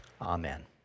amen